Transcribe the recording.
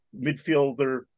midfielder